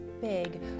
big